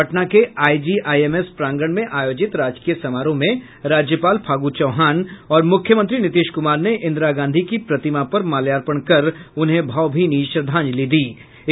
पटना के आईजीआईएमएस प्रांगण में आयोजित राजकीय समारोह में राज्यपाल फागू चौहान और मुख्यमंत्री नीतीश कुमार ने इंदिरा गांधी की प्रतिमा पर माल्यार्पण कर उन्हें भावभीनी श्रद्धांजलि अर्पित की